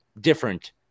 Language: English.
different